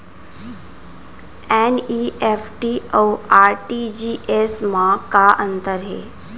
NEFT अऊ RTGS मा का अंतर हे?